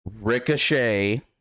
Ricochet